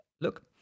Look